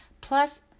Plus